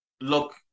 look